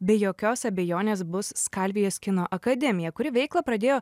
be jokios abejonės bus skalvijos kino akademija kuri veiklą pradėjo